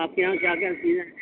آپ کے یہاں کیا کیا چیزیں ہیں